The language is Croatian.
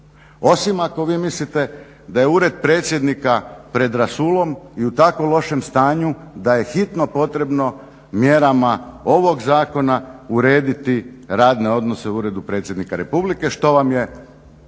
osim ako vi mislite da je ured predsjednika pred rasulom i u tako lošem stanju da je hitno potrebno mjerama ovog zakona urediti radne odnose u Uredu predsjednika Republike što vam je